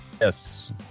Yes